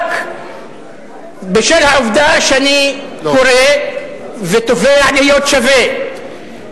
רק בשל העובדה שאני קורא ותובע להיות שווה.